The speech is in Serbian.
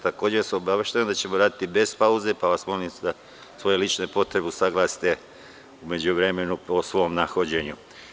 Takođe vas obaveštavam da ćemo raditi bez pauze, pa vas molim da svoje lične potrebe usaglasite u međuvremenu u svom nahođenju.